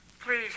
Please